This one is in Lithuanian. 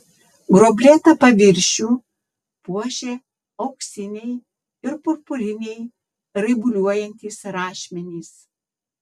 gruoblėtą paviršių puošė auksiniai ir purpuriniai raibuliuojantys rašmenys